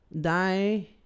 die